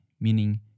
meaning